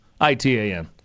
itan